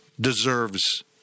deserves